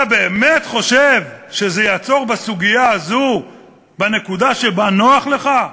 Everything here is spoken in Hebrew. אתה באמת חושב שזה יעצור בסוגיה הזו בנקודה שבה נוח לך?